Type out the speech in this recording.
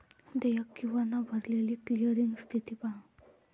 देयक किंवा न भरलेली क्लिअरिंग स्थिती पहा